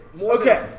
Okay